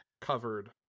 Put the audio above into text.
covered